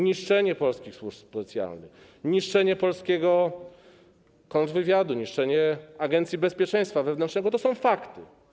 Niszczenie polskich służb specjalnych, niszczenie polskiego kontrwywiadu, niszczenie Agencji Bezpieczeństwa Wewnętrznego - to są fakty.